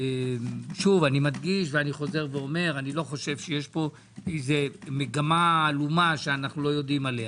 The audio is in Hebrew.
אני חוזר ומדגיש לא חושב שיש פה מגמה עלומה שאיננו יודעים עליה,